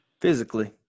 Physically